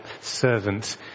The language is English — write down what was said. servant